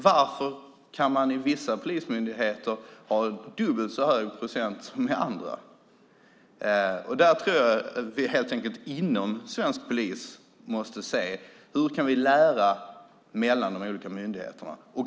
Varför kan man i vissa polismyndigheter ha dubbelt så stor andel som i andra? Inom svensk polis måste man se: Hur kan vi lära mellan de olika myndigheterna?